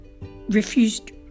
refused